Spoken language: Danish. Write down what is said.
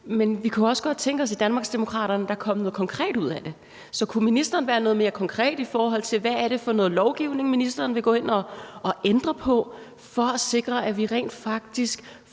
men vi kunne også godt tænke os i Danmarksdemokraterne, at der kom noget konkret ud af det. Så kunne ministeren være noget mere konkret, i forhold til hvad det er for noget lovgivning, ministeren vil gå ind at ændre på for at sikre, at vi rent faktisk